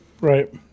Right